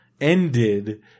ended